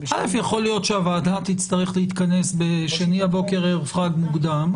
יכול להיות שהוועדה תצטרך להתכנס ביום שני בבוקר מוקדם,